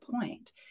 point